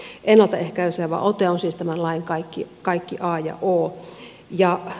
ennalta ehkäisevä ote on siis tämän lain kaikki a ja o